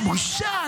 בושה?